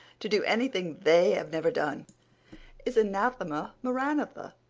to do anything they have never done is anathema maranatha.